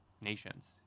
nations